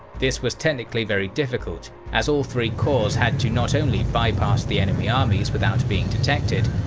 this was technically very difficult, as all three corps had to not only bypass the enemy armies without being detected,